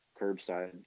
curbside